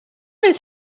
his